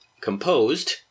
composed